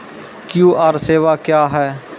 QR सेवा क्या हैं?